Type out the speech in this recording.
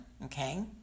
Okay